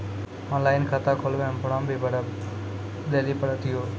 Online खाता खोलवे मे फोर्म भी भरे लेली पड़त यो?